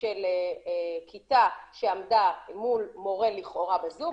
של כיתה שעמדה מול מורה לכאורה בזום,